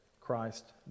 Christ